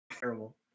Terrible